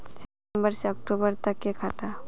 सितम्बर से अक्टूबर तक के खाता?